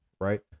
right